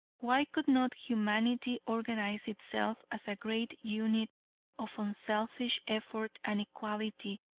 why could not humanity organize itself as a great unit of unselfish effort and equality,